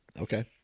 Okay